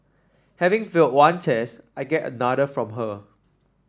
having feel one test I get another from her